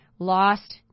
Lost